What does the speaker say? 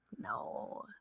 No